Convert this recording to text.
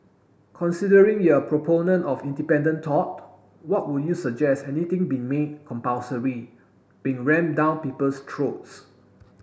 considering you're a proponent of independent thought what would you suggest anything being made compulsory being ram down people's throats